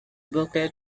booklet